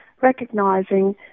recognising